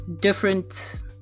different